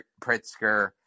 Pritzker